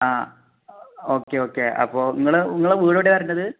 ആ okay okay അപ്പോൾ നിങ്ങൾ നിങ്ങൾ വീട് എവിടാണ് വരേണ്ടത്